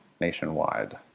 nationwide